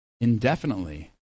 indefinitely